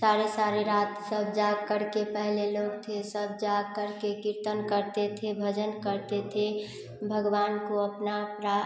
सारी सारी रात सब जाग करके पहले लोग थे सब जाग करके कीर्तन करते थे भजन करते थे भगवान को अपना अपरा